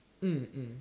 mm mm